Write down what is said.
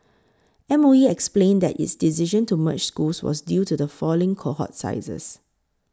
M O E explained that its decision to merge schools was due to the falling cohort sizes